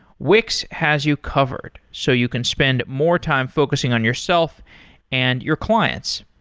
wix has you covered, so you can spend more time focusing on yourself and your clients.